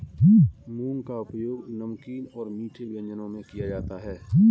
मूंग का उपयोग नमकीन और मीठे व्यंजनों में किया जाता है